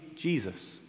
Jesus